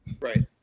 Right